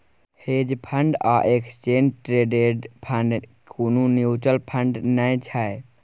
hedge fund आ exchange traded fund कुनु mutual fund नै छै